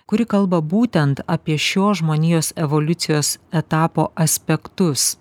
kuri kalba būtent apie šio žmonijos evoliucijos etapo aspektus